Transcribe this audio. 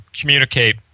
communicate